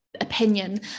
opinion